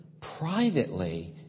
Privately